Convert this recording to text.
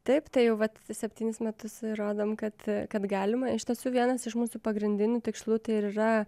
taip tai vat septynis metus ir rodom kad kad galima iš tiesų vienas iš mūsų pagrindinių tikslų tai ir yra